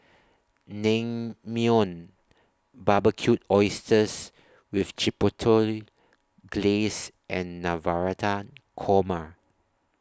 Naengmyeon Barbecued Oysters with Chipotle Glaze and Navratan Korma